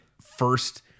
first